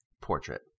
Portrait